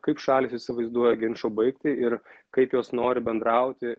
kaip šalys įsivaizduoja ginčo baigtį ir kaip jos nori bendrauti